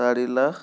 চাৰি লাখ